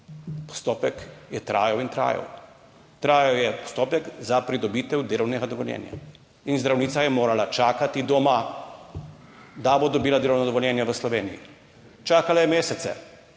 postopek je trajal in trajal, trajal je postopek za pridobitev delovnega dovoljenja in zdravnica je morala čakati doma, da bo dobila delovno dovoljenje v Sloveniji. Čakala je mesece,